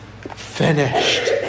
finished